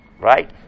Right